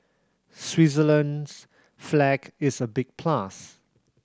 Switzerland's flag is a big plus